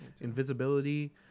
invisibility